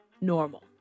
normal